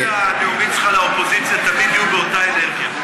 שהנאומים שלך לאופוזיציה תמיד יהיו באותה אנרגיה.